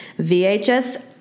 VHS